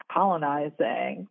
Colonizing